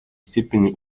степени